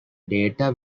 data